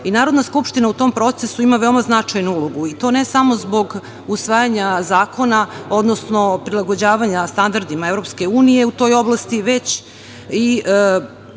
i Narodna skupština u tom procesu ima veoma značajnu ulogu i to ne samo zbog usvajanja zakona, odnosno prilagođavanja standardima EU u toj oblasti, već ima